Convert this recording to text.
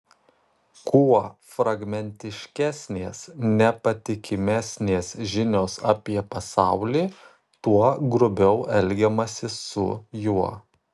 kuo fragmentiškesnės nepatikimesnės žinios apie pasaulį tuo grubiau elgiamasi su juo